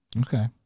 Okay